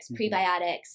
prebiotics